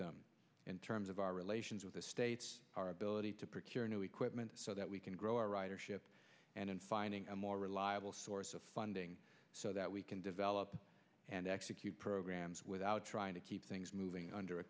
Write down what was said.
them in terms of our relations with the states our ability to park your new equipment so that we can grow our ridership and in finding a more reliable source of funding so that we can develop and execute programs without trying to keep things moving under a